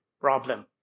problem